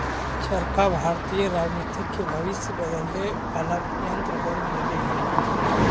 चरखा भारतीय राजनीति के भविष्य बदले वाला यन्त्र बन गेले हई